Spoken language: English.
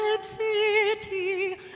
city